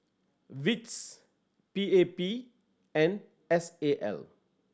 wits P A P and S A L